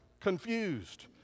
confused